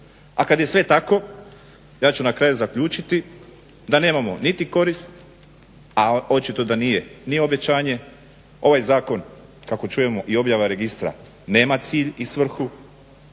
A kad je sve tako ja ću na kraju zaključiti da nemamo niti korist, a očito da nije ni obećanje. Ovaj zakon kako čujemo i objava registra nema cilj i svrhu.